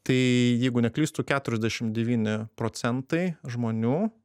tai jeigu neklystu keturiasdešimt devyni procentai žmonių